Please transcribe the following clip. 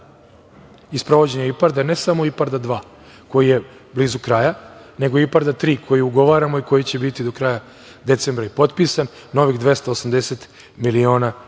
i sprovođenje IPARD-a, ne samo IPARDA 2, koji je blizu kraja, nego IPARDA 3. koji ugovaramo i koji će biti do kraja decembra potpisan novih 280 miliona evra